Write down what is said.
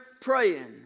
praying